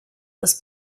this